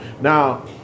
Now